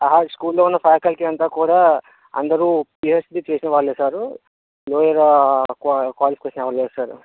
స్కూల్లోను faculty అంతా కూడా అందరు పీహెచ్డీ చేసిన వాళ్ళే సారు వేరా క్వా క్వాలిఫికేషన్ ఎవరు లేరు సారు